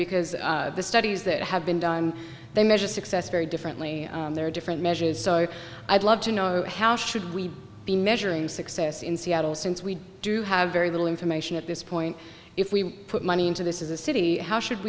because the studies that have been done they measure success very differently they're different measures so i'd love to know how should we be measuring success in seattle since we do have very little information at this point if we put money into this is a city how should